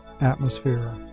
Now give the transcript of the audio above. atmosphere